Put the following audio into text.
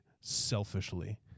selfishly